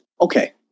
Okay